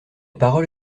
parole